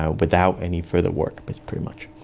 ah without any further work but pretty much.